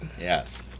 Yes